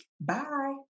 Bye